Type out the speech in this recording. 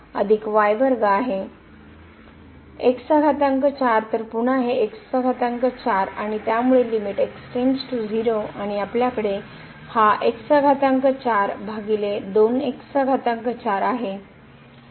तर पुन्हा हे x4 आणि त्यामुळे लिमिट आणि आपल्याकडे हा आहे